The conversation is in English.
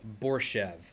Borshev